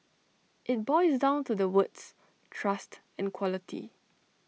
IT boils down to the words trust and quality